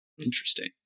Interesting